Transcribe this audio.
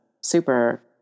super